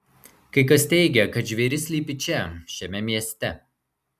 kai kas teigia kad žvėris slypi čia šiame mieste